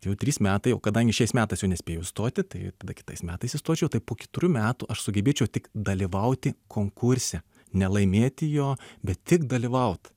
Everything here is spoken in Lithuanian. jau trys metai o kadangi šiais metais jau nespėju įstoti tai tada kitais metais įstočiau tai po keturių metų aš sugebėčiau tik dalyvauti konkurse ne laimėti jo bet tik dalyvaut